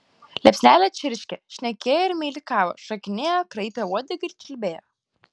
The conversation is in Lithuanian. liepsnelė čirškė šnekėjo ir meilikavo šokinėjo kraipė uodegą ir čiulbėjo